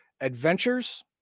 adventures